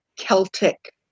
Celtic